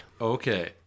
Okay